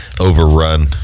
overrun